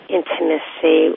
intimacy